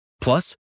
Plus